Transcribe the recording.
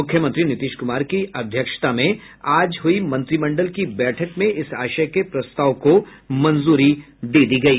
मुख्यमंत्री नीतीश कुमार की अध्यक्षता में आज हुई मंत्रिमंडल की बैठक में इस आशय के प्रस्ताव को मंजूरी दी गयी